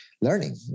learning